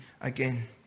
again